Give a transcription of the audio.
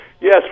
Yes